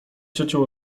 ciocią